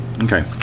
Okay